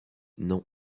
non